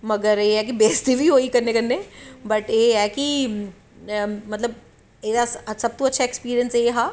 मगर एह् ऐ कि बेश्ती हबा होई कन्नैं कन्नैं बट एह् ऐ कि मतलव सब तो अच्छा ऐ ऐक्सपिरिंस एह् हा कि